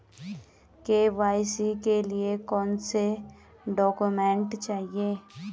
KYC के लिए कौनसे डॉक्यूमेंट चाहिये?